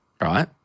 right